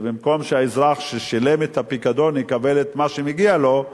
ובמקום שהאזרח ששילם את הפיקדון יקבל את מה שמגיע לו,